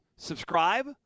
Subscribe